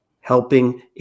helping